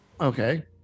Okay